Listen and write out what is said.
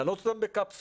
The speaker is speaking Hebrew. להעלות אותם בקפסולות,